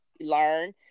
Learn